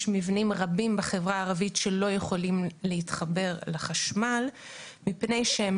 יש מבנים רבים בחברה הערבית שלא יכולים להתחבר לחשמל מפני שהם